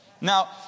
Now